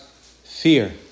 fear